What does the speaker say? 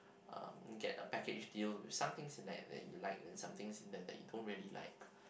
um get a package deal with somethings that that you like then somethings that that you don't really like